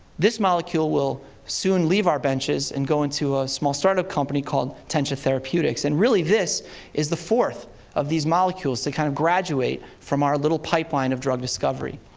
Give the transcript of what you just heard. this molecule will soon leave our benches and go into a small start-up company called tensha therapeutics. and, really, this is the fourth of these molecules to kind of graduate from our little pipeline of drug discovery,